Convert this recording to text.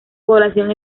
población